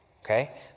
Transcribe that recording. Okay